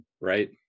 right